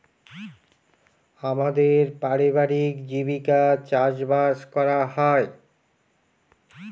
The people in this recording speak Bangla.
আমাদের পারিবারিক জীবিকা চাষবাস করা হয়